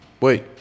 wait